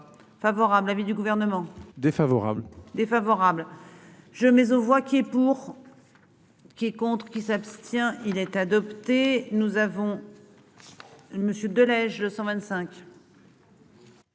Favorable avis du gouvernement défavorable. Défavorable je mais on voit qui est pour. Qui est contre qui s'abstient il est adopté. Nous avons. Monsieur de Lège le 125.